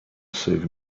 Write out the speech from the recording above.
save